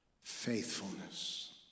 faithfulness